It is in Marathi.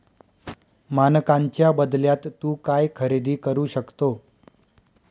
मानकांच्या बदल्यात तू काय खरेदी करू शकतो?